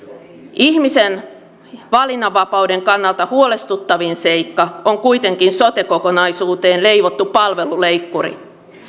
ihmisen valinnanvapauden kannalta huolestuttavin seikka on kuitenkin sote kokonaisuuteen leivottu palveluleikkuri